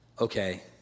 Okay